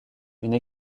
une